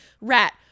rat